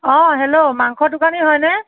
অ' hello মাংস দোকানী হয়নে